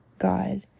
God